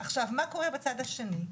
עכשיו, מה קורה בצד השני?